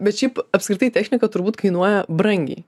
bet šiaip apskritai technika turbūt kainuoja brangiai